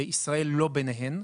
ישראל לא ביניהן,